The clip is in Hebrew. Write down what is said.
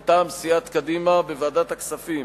מטעם סיעת קדימה: בוועדת הכספים,